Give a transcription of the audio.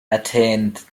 attained